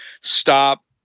stop